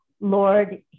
Lord